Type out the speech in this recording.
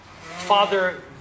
Father